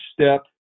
step